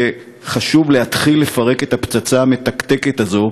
וחשוב להתחיל לפרק את הפצצה המתקתקת הזאת,